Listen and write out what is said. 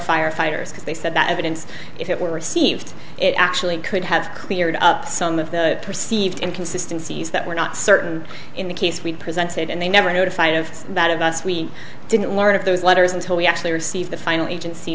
firefighters because they said that evidence if it were received it actually could have cleared up some of the perceived inconsistency is that we're not certain in the case we presented and they never notified of that of us we didn't learn of those letters until we actually received the final agency